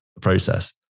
process